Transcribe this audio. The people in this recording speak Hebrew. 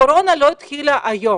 הקורונה לא התחילה היום.